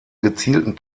gezielten